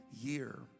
year